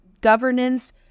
governance